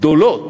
גדולות